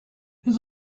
his